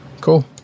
cool